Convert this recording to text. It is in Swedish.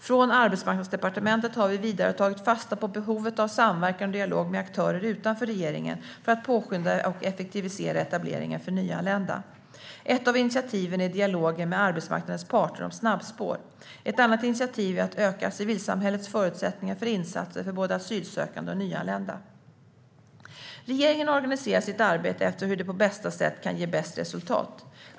Från Arbetsmarknadsdepartementet har vi vidare tagit fasta på behovet av samverkan och dialog med aktörer utanför regeringen för att påskynda och effektivisera etableringen för nyanlända. Ett av initiativen är dialogen med arbetsmarknadens parter om snabbspår. Ett annat initiativ är att öka civilsamhällets förutsättningar för insatser för både asylsökande och nyanlända. Regeringen organiserar sitt arbete efter hur det på bästa sätt kan ge bäst resultat.